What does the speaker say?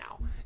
now